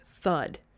thud